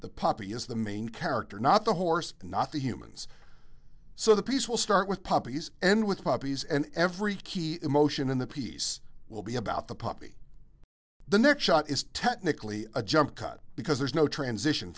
the poppy is the main character not the horse and not the humans so the piece will start with puppies and with puppies and every key emotion in the piece will be about the puppy the next shot is technically a jump cut because there's no transition